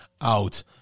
out